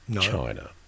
China